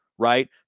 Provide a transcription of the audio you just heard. Right